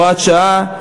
הוראת שעה),